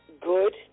good